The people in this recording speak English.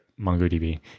MongoDB